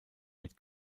mit